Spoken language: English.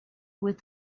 with